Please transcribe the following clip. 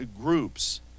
groups